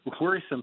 worrisome